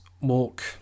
walk